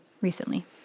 recently